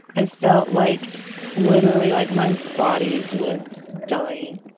i felt like literally like my body was dying,